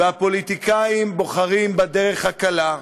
והפוליטיקאים בוחרים בדרך הקלה.